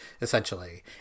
essentially